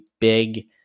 big